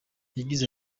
yagize